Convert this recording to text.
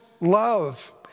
love